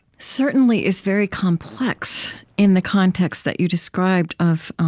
certainly, is very complex in the context that you described of